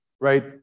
right